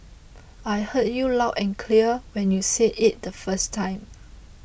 I heard you loud and clear when you said it the first time